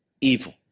evil